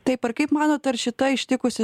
taip ir kaip manote ar šita ištikusi